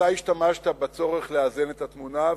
אתה השתמשת בצורך לאזן את התמונה,